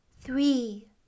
three